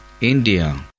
India